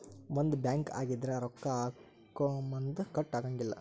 ಒಂದ ಬ್ಯಾಂಕ್ ಆಗಿದ್ರ ರೊಕ್ಕಾ ಹಾಕೊಮುನ್ದಾ ಕಟ್ ಆಗಂಗಿಲ್ಲಾ